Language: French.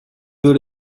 veux